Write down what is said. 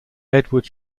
edward